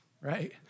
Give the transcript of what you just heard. right